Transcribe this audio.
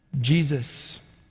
Jesus